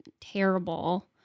terrible